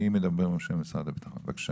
בבקשה.